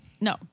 No